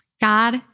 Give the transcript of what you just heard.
God